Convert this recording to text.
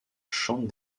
chante